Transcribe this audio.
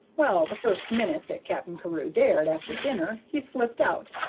well, the first minute that cap'n carew dared, after dinner, he slipped out,